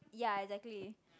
ya exactly